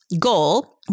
goal